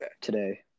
Today